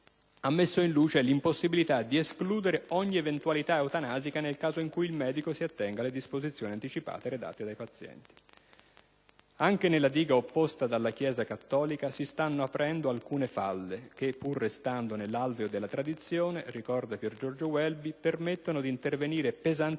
«ha messo in luce la impossibilità di escludere ogni eventualità eutanasica nel caso in cui il medico si attenga alle disposizioni anticipate redatte dai pazienti. Anche nella diga opposta della Chiesa, si stanno aprendo alcune falle che, pur restando nell'alveo della tradizione permettono di intervenire pesantemente